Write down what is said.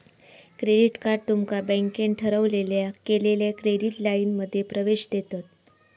credit card तुमका बँकेन ठरवलेल्या केलेल्या क्रेडिट लाइनमध्ये प्रवेश देतत